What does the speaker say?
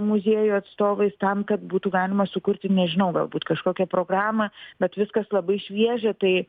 muziejų atstovais tam kad būtų galima sukurti nežinau galbūt kažkokią programą bet viskas labai šviežia tai